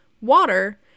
water